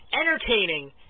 entertaining